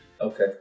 Okay